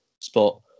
spot